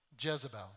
Jezebel